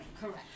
Correct